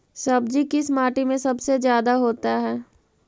सब्जी किस माटी में सबसे ज्यादा होता है?